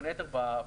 בין היתר,